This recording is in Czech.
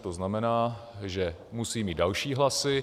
To znamená, že musí mít další hlasy.